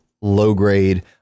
low-grade